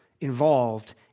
involved